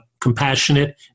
compassionate